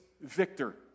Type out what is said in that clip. victor